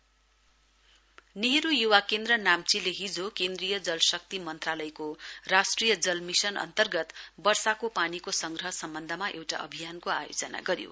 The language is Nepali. catch the rain Nehru Yuva Kendra नाम्चीले हिजो केन्द्रीय जल शक्ति मन्त्रालयको राष्ट्रिय जल मिशन अन्तर्गत वर्षाको पानीको संग्रह सम्बन्धमा एउटा अभियानको आयोजना गर्यो